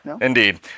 Indeed